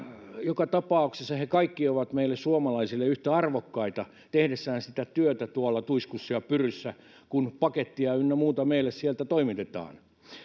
joka tapauksessa he kaikki ovat meille suomalaisille yhtä arvokkaita tehdessään sitä työtä tuolla tuiskussa ja pyryssä kun pakettia ynnä muuta meille sieltä toimitetaan kun